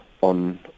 on